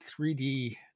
3D